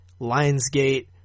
Lionsgate